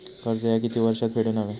कर्ज ह्या किती वर्षात फेडून हव्या?